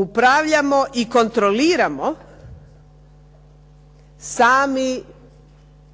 upravljamo i kontroliramo sami